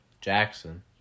Jackson